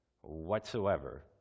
whatsoever